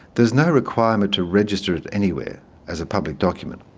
there's no requirement to register it anywhere as a public document.